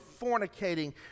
fornicating